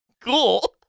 cool